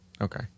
Okay